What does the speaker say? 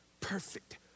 Perfect